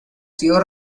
sido